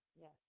Yes